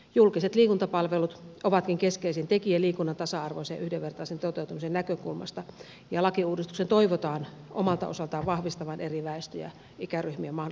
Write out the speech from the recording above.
julkiset liikuntapalvelut ovatkin keskeisin tekijä liikunnan tasa arvoisen ja yhdenvertaisen toteutumisen näkökulmasta ja lakiuudistuksen toivotaan omalta osaltaan vahvistavan eri väestö ja ikäryhmien mahdollisuuksia liikuntaan